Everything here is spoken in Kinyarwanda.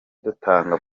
dutanga